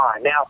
Now